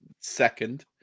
Second